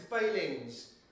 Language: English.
failings